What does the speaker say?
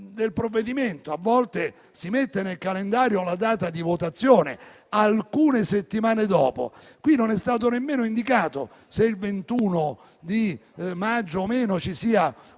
nel provvedimento. A volte si mette nel calendario la data di votazione, alcune settimane dopo. Qui non è stato nemmeno indicato se il 21 maggio ci sarà una